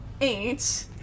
eight